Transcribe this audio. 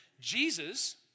Jesus